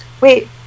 wait